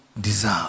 deserve